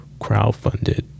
crowdfunded